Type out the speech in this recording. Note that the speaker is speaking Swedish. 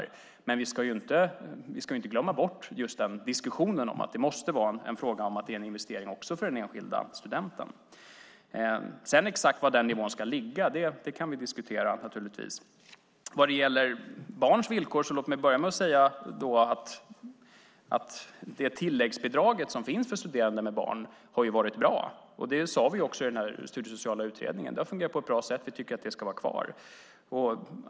Men vi ska inte glömma diskussionen om att det också måste vara en fråga om att det är en investering för den enskilda studenten. Exakt var nivån ska ligga kan vi naturligtvis diskutera. När det gäller barns villkor: Tilläggsbidraget som finns för studerande med barn har varit bra. Det sade vi också i Studiesociala utredningen. Tilläggsbidraget har fungerat på ett bra sätt. Vi tycker att det ska vara kvar.